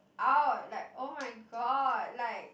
out like oh-my-god like